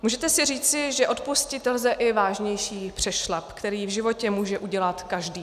Můžete si říci, že odpustit lze i vážnější přešlap, který v životě může udělat každý.